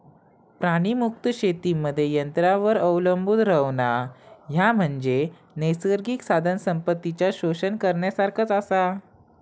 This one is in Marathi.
प्राणीमुक्त शेतीमध्ये यंत्रांवर अवलंबून रव्हणा, ह्या म्हणजे नैसर्गिक साधनसंपत्तीचा शोषण करण्यासारखाच आसा